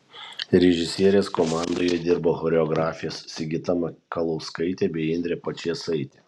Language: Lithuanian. režisierės komandoje dirbo choreografės sigita mikalauskaitė bei indrė pačėsaitė